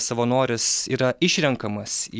savanoris yra išrenkamas į